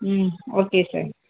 ம் okay sir